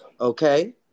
Okay